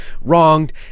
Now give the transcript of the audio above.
wronged